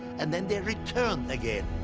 and then they returned again.